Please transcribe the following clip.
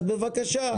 אז בבקשה,